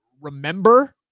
remember